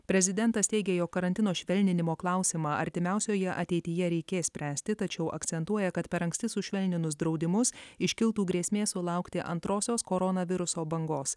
prezidentas teigė jog karantino švelninimo klausimą artimiausioje ateityje reikės spręsti tačiau akcentuoja kad per anksti sušvelninus draudimus iškiltų grėsmė sulaukti antrosios koronaviruso bangos